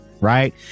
right